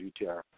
UTR